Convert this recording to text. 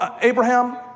Abraham